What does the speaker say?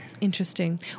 Interesting